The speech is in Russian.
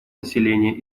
населения